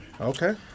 Okay